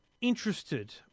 Interested